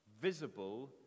visible